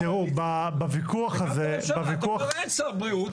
כבר אין שר בריאות.